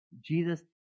Jesus